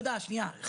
יהודה, רגע, חכה.